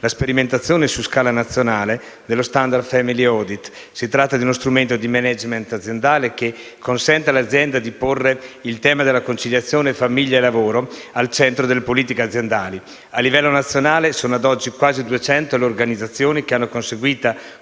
la sperimentazione su scala nazionale dello *standard* *family audit*. Si tratta di uno strumento di *management* aziendale che consente all'azienda di porre il tema della conciliazione famiglia e lavoro al centro delle politiche aziendali. A livello nazionale sono ad oggi quasi 200 le organizzazioni che hanno conseguito